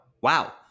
Wow